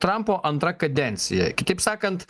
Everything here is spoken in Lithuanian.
trampo antra kadencija sakant